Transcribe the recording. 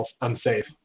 unsafe